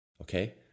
okay